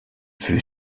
fut